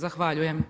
Zahvaljujem.